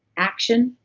action,